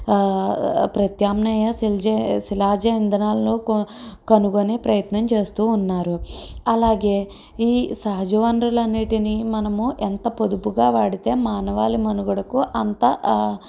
ప్రత్యామ్న్యాయ సిలజ శిలాజ ఇంధనాలు క కనుగొని ప్రయత్నం చేస్తూ ఉన్నారు అలాగే ఈ సహజ వనరులన్నిటిని మనము ఎంత పొదుపుగా వాడితే మానవాళి మనుగడకు అంతా